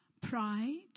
pride